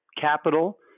capital